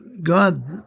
God